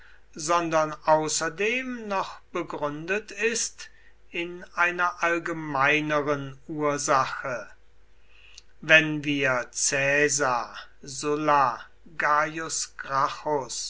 sondern außerdem noch begründet ist in einer allgemeineren ursache wenn wir caesar sulla